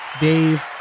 Dave